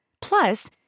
Plus